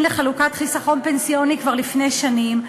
לחלוקת חיסכון פנסיוני כבר לפני שנים,